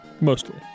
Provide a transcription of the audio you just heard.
Mostly